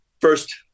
first